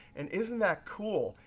and isn't that cool?